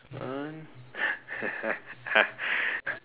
one